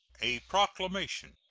a proclamation.